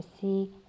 see